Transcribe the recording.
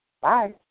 Bye